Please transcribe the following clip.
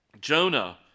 Jonah